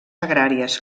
agràries